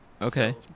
okay